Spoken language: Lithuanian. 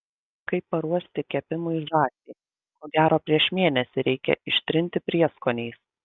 kaip paruošti kepimui žąsį ko gero prieš mėnesį reikia ištrinti prieskoniais